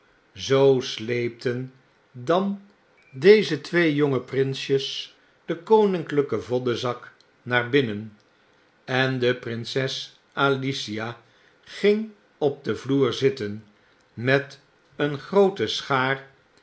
zoo sleepten dan deze twee jonge prinsjes den koninklijken voddenzak naar binnen en de prinses alicia ging op den vloer zitten met een groote schaar